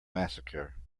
massacre